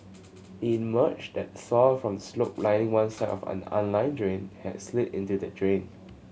it emerged that soil from the slope lining one side of an unlined drain had slid into the drain